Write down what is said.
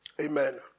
Amen